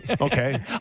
okay